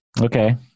okay